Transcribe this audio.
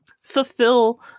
fulfill